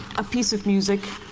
a piece of music